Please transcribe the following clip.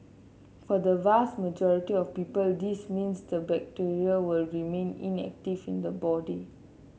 for the vast majority of people this means the bacteria will remain inactive in the body